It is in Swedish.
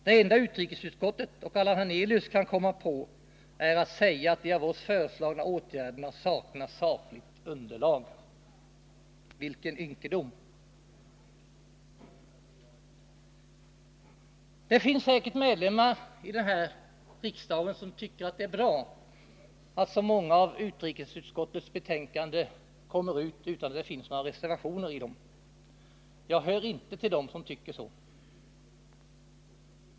Det enda utrikesutskottet och Allan Hernelius kan komma på är att säga att de av oss föreslagna åtgärderna saknar sakligt underlag. Vilken ynkedom! Det finns säkerligen ledamöter av riksdagen som tycker att det är bra att det vid så många av utrikesutskottets betänkanden inte är fogade några reservationer. Jag tillhör inte dem som tycker det.